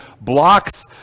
blocks